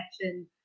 connection